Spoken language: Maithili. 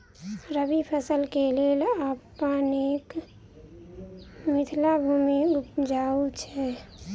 रबी फसल केँ लेल अपनेक मिथिला भूमि उपजाउ छै